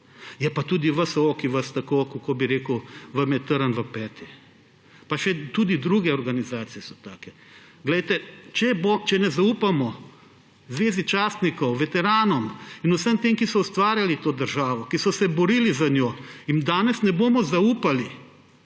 Je pa tudi VSO, ki vam je tako, kako bi rekel, trn v peti. Pa tudi druge organizacije so še tukaj. Glejte, če ne zaupamo Zvezi častnikov, veteranom in vsem tem, ki so ustvarjali to državo, ki so se borili za njo, jim danes ne bomo zaupali,